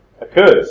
occurs